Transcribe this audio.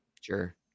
sure